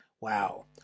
Wow